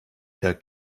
herr